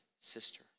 sister